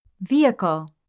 Vehicle